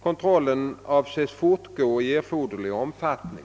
Kontrollen avses fortgå i erforderlig omfattning.